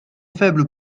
faible